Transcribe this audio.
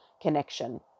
connection